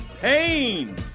pain